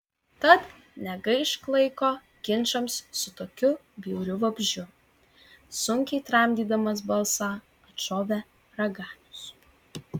tad negaišk laiko ginčams su tokiu bjauriu vabzdžiu sunkiai tramdydamas balsą atšovė raganius